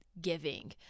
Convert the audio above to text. giving